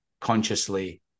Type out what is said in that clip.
consciously